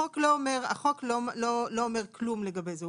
החוק לא אומר כלום לגבי זה,